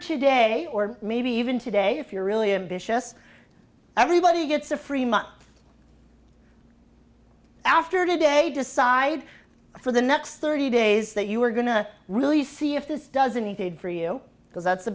today or maybe even today if you're really ambitious everybody gets a free month after today decide for the next thirty days that you were going to really see if this doesn't needed for you because that's the